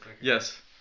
Yes